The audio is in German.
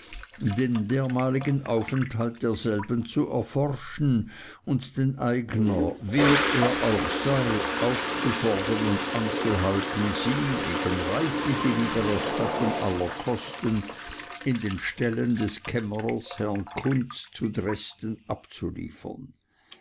den dermaligen aufenthalt derselben zu erforschen und den eigner wer er auch sei aufzufordern und anzuhalten sie gegen reichliche wiedererstattung aller kosten in den ställen des kämmerers herrn kunz zu dresden abzuliefern